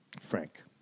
Frank